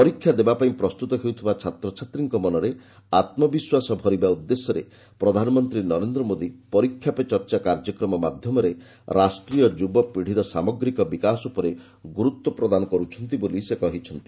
ପରୀକ୍ଷା ଦେବାପାଇଁ ପ୍ରସ୍ତୁତ ହେଉଥିବା ଛାତ୍ରଛାତ୍ରୀଙ୍କ ମନରେ ଆତ୍କବିଶ୍ୱାସ ଭରିବା ଉଦ୍ଦେଶ୍ୟରେ ପ୍ରଧାନମନ୍ତ୍ରୀ ନରେନ୍ଦ୍ର ମୋଦି 'ପରୀକ୍ଷା ପେ ଚର୍ଚ୍ଚା' କାର୍ଯ୍ୟକ୍ରମ ମାଧ୍ୟମରେ ରାଷ୍ଟର ଯୁବାପିଡ଼ିର ସାମଗ୍ରୀକ ବିକାଶ ଉପରେ ଗୁରୁତ୍ୱ ପ୍ରଦାନ କରୁଛନ୍ତି ବୋଲି ଶ୍ରୀ ନିଶଙ୍କ କହିଛନ୍ତି